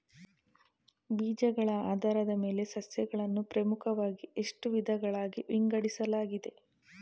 ಬೀಜಗಳ ಆಧಾರದ ಮೇಲೆ ಸಸ್ಯಗಳನ್ನು ಪ್ರಮುಖವಾಗಿ ಎಷ್ಟು ವಿಧಗಳಾಗಿ ವಿಂಗಡಿಸಲಾಗಿದೆ?